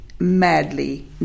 madly